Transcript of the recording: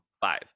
five